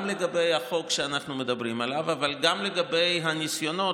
גם לגבי החוק שאנחנו מדברים עליו אבל גם לגבי הניסיונות